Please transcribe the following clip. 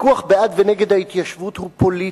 הוויכוח בעד או נגד ההתיישבות הוא פוליטי,